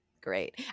Great